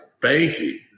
banking